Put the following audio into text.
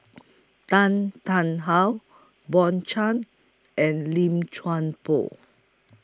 Tan Tarn How Bjorn and Lim Chuan Poh